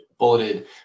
bulleted